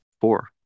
four